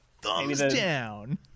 thumbs-down